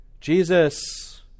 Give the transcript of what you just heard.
Jesus